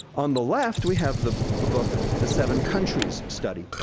on the left, we have the the book, the seven countries study,